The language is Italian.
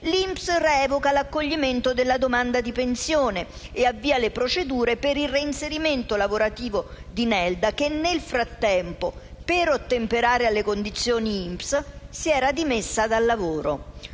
l'INPS revoca l'accoglimento della domanda di pensione e avvia le procedure per il reinserimento lavorativo di Nelda, che nel frattempo, per ottemperare alle condizioni INPS, si era dimessa dal lavoro.